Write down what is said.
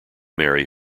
marry